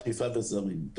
וזרים.